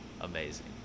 amazing